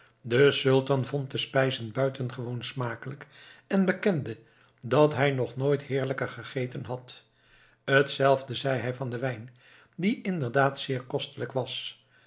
de sultan vond de spijzen buitengewoon smakelijk en bekende dat hij nog nooit heerlijker gegeten had hetzelfde zei hij van den wijn die inderdaad zeer kostelijk was